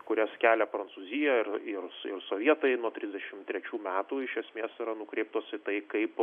kurias kelia prancūzija ir ir ir sovietai nuo trisdešimt trečių metų iš esmės yra nukreiptos į tai kaip